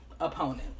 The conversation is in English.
opponent